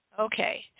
Okay